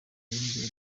imbere